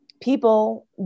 People